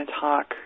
talk